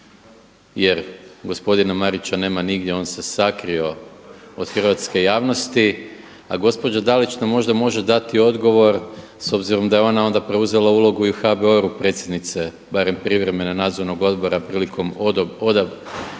jer gospodina Marića nema nigdje on se sakrio od hrvatske javnosti, a gospođa Dalić, nam možda može dati odgovor s obzirom da je onda ona preuzela i ulogu u HBOR-u predsjednice, barem privremene Nadzornog odbora prilikom odobrenja